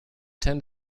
tend